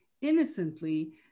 innocently